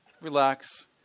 relax